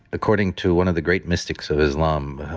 according to one of the great mystics of islam,